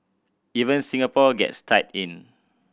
even Singapore gets tied in